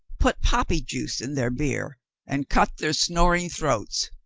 put poppy juice in their beer and cut their snoring throats.